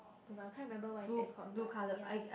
but but I can't remember what is that called but ya